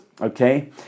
okay